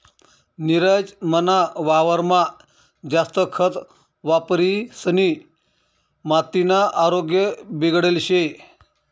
नीरज मना वावरमा जास्त खत वापरिसनी मातीना आरोग्य बिगडेल शे